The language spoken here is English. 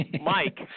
Mike